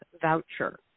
voucher